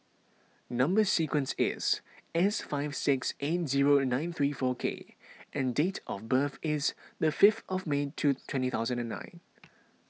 Number Sequence is S five six eight zero nine three four K and date of birth is the fifth of May two twenty thousand and nine